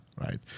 right